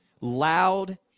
loud